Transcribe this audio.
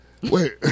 Wait